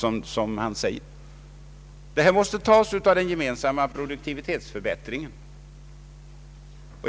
Kostnaderna måste bäras av den gemensamma produktivitetsförbättringen.